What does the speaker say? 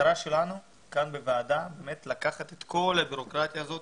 המטרה שלנו כאן בוועדה היא לקחת את כל הבירוקרטיה הזאת,